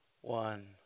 one